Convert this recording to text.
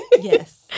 Yes